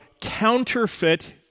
counterfeit